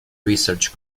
research